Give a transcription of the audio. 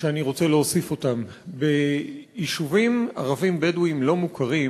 שאני רוצה להוסיף: ביישובים ערביים-בדואיים לא-מוכרים,